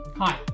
Hi